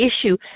issue